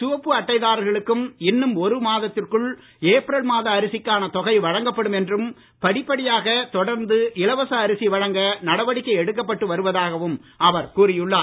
சிவப்பு அட்டைதாரர்களுக்கும் இன்னும் ஒரு மாதத்திற்குள் ஏப்ரல் மாத அரிசிக்கான தொகை வழங்கப்படும் என்றும் படிப்படியாக தொடர்ந்து இலவச அரிசி வழங்க நடவடிக்கை எடுக்கப்பட்டு வருவதாகவும் அவர் கூறியுள்ளார்